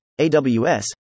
AWS